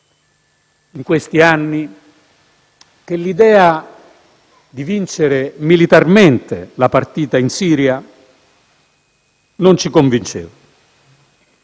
in questi anni che l'idea di vincere militarmente la partita in Siria non ci convinceva.